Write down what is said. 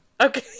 Okay